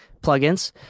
plugins